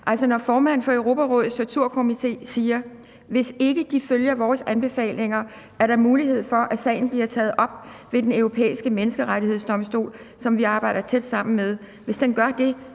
formanden for Europarådets torturkomité siger: »Hvis ikke de følger vores anbefalinger, er der mulighed for, at sagen bliver taget op ved Den Europæiske Menneskerettighedsdomstol, som vi arbejder tæt sammen med. Hvis den gør det,